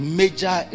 major